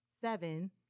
seven